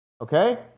okay